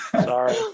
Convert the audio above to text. Sorry